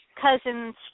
cousin's